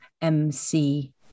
mc